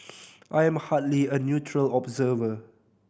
I am hardly a neutral observer